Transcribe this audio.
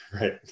Right